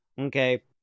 okay